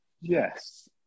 Yes